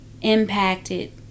impacted